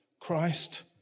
Christ